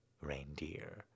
reindeer